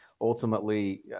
ultimately